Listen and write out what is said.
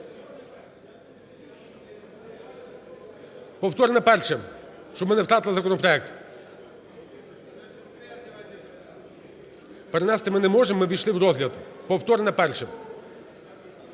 Повторне перше, щоб ми не втратили законопроект. Перенести ми не можемо, ми ввійшли в розгляд. Повторне перше.